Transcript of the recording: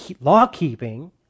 law-keeping